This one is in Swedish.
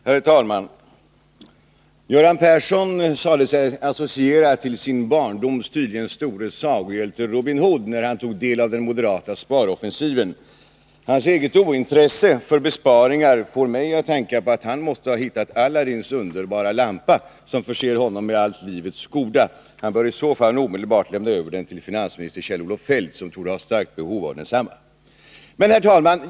Herr talman! Göran Persson sade sig associera till sin barndoms tydligen store sagohjälte Robin Hood, när han tog del av den moderata sparoffensiven. Hans eget ointresse för besparingar får mig att tänka på att han måste ha hittat Aladdins underbara lampa, som förser honom med allt livets goda. Han bör i så fall omedelbart lämna över den till finansminister Kjell-Olof Feldt, som torde ha stort behov av densamma. Herr talman!